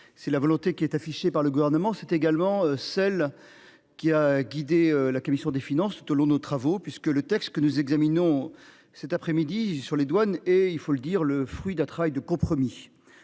C'est la volonté qui est affichée par le gouvernement, c'est également celle qui a guidé la commission des finances de l'eau. Nos travaux puisque le texte que nous examinons cet après-midi sur les douanes et il faut le dire, le fruit d'un travail de compromis.